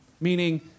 Meaning